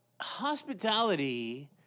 hospitality